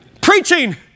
preaching